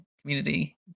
community